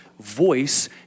voice